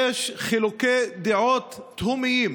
יש חילוקי דעות תהומיים.